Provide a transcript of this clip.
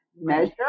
measure